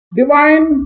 divine